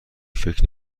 فکر